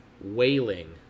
Wailing